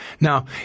Now